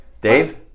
Dave